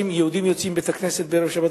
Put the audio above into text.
שאנשים יוצאים מבית-הכנסת בערב שבת,